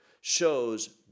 shows